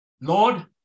Lord